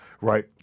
Right